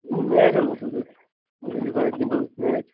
match حظ اوس اَسہِ أسۍ ٲسۍ ٮ۪ژھان اَتہِ گِنٛدو میچ